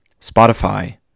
Spotify